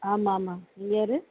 ஆமாம் ஆமாம் நீங்கள் யார்